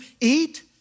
eat